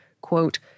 Quote